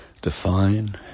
Define